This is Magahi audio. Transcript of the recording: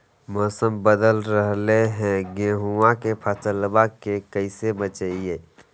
मौसम बदल रहलै है गेहूँआ के फसलबा के कैसे बचैये?